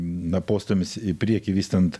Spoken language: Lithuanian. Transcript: na postūmis į priekį vystant